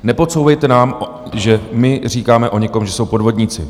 Nepodsouvejte nám, že my říkáme o někom, že jsou podvodníci.